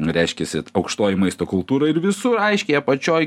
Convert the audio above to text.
reiškiasi aukštoji maisto kultūra ir visur aiškiai apačioj